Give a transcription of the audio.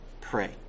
pray